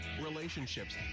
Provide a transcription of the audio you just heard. relationships